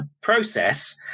process